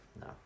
no